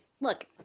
look